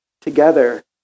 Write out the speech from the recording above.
together